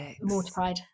mortified